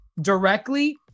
directly